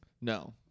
no